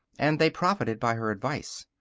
and they profited by her advice.